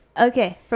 Okay